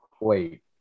wait